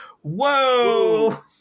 whoa